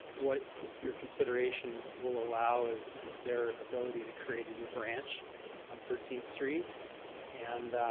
what your consideration will allow is is their ability to create a new branch on thirteenth street and